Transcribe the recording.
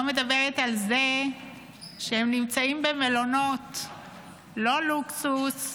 לא מדברת על זה שהם נמצאים במלונות לא לוקסוס,